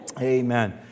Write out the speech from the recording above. Amen